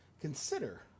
consider